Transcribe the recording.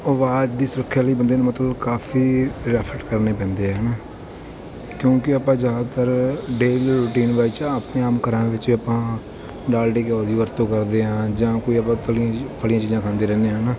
ਆਵਾਜ਼ ਦੀ ਸੁਰੱਖਿਆ ਲਈ ਬੰਦੇ ਨੂੰ ਮਤਲਬ ਕਾਫੀ ਐਫਟ ਕਰਨੇ ਪੈਂਦੇ ਆ ਹੈ ਨਾ ਕਿਉਂਕਿ ਆਪਾਂ ਜ਼ਿਆਦਾਤਰ ਡੇਲੀ ਰੂਟੀਨ ਵਿੱਚ ਆਪਣੇ ਆਪਣੇ ਘਰਾਂ ਵਿੱਚ ਆਪਾਂ ਡਾਲਡੇ ਘੀਓ ਦੀ ਵਰਤੋਂ ਕਰਦੇ ਹਾਂ ਜਾਂ ਕੋਈ ਆਪਾਂ ਤਲੀਆਂ ਤਲੀਆਂ ਚੀਜ਼ਾਂ ਖਾਂਦੇ ਰਹਿੰਦੇ ਹਾਂ ਹੈ ਨਾ